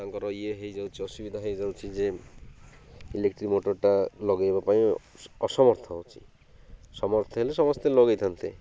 ତାଙ୍କର୍ ଇଏ ହେଇଯାଉଛି ଅସୁବିଧା ହେଇଯାଉଛି ଯେ ଇଲେକ୍ଟ୍ରିକ୍ ମଟର୍ଟା ଲଗେଇବା ପାଇଁ ଅସମର୍ଥ ହେଉଛି ସମର୍ଥ ହେଲେ ସମସ୍ତେ ଲଗେଇଥାନ୍ତେ